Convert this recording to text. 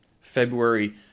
February